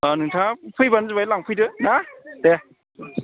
अ नोंथाङा फैबानो जाबाय लांफैदो ना दे